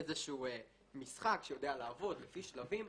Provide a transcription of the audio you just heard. איזשהו משחק שיודע לעבוד לפי שלבים.